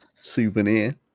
souvenir